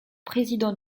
président